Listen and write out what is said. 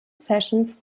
sessions